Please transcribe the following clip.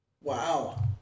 Wow